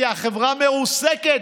כי החברה מרוסקת,